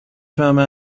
فهمه